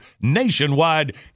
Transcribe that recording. nationwide